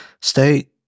Stay